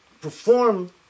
perform